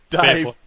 Dave